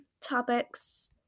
topics